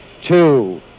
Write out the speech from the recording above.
two